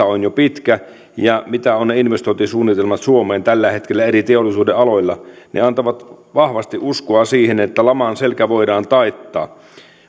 on jo pitkä ja ne investointisuunnitelmat suomeen tällä hetkellä eri teollisuudenaloilla antavat vahvasti uskoa siihen että laman selkä voidaan taittaa